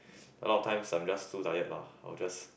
a lot of times I'm just too tired lah I'll just